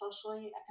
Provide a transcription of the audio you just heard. socially